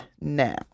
now